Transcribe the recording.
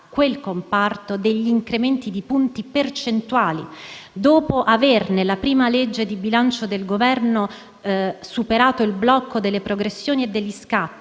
quel comparto incrementi di punti percentuali. Dopo avere, nella prima legge di bilancio del Governo, superato il blocco delle progressioni e degli scatti,